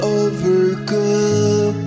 overcome